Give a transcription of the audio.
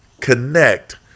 connect